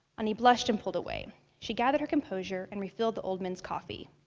anie blushed and pulled away. she gathered her composure and refilled the old men's coffee.